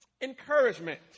Encouragement